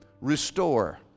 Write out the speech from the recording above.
restore